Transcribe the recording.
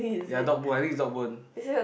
ya dog bone I think is dog bone